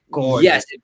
Yes